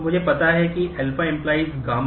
तो मुझे पता है α→γ